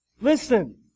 Listen